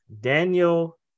Daniel